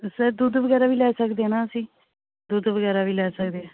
sir ਦੁੱਧ ਵਗੈਰਾ ਵੀ ਲੈ ਸਕਦੇ ਹਾਂ ਨਾ ਅਸੀਂ ਦੁੱਧ ਵਗੈਰਾ ਵੀ ਲੈ ਸਕਦੇ ਹਾਂ